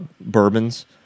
bourbons